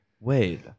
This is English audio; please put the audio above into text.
Wait